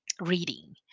reading